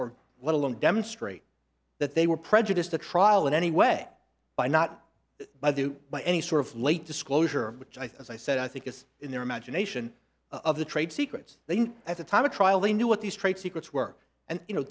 or let alone demonstrate that they were prejudiced a trial in any way by not by the by any sort of late disclosure which i said i think is in their imagination of the trade secrets they didn't at the time of trial they knew what these trade secrets work and you know